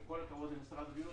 עם כל הכבוד למשרד הבריאות,